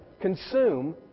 consume